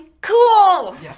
Cool